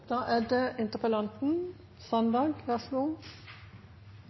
Da er det